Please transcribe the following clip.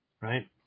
right